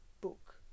book